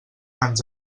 ens